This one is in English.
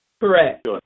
Correct